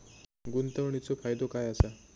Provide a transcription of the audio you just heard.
गुंतवणीचो फायदो काय असा?